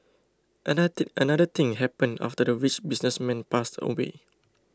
another another thing happened after the rich businessman passed away